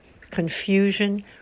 confusion